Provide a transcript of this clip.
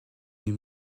les